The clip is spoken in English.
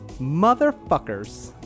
motherfuckers